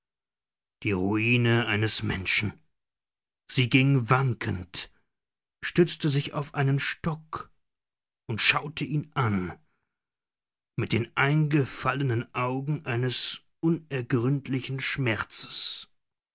die ruine eines menschen sie ging wankend stützte sich auf einen stock und schaute ihn an mit den eingefallenen augen eines unergründlichen schmerzes